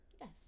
yes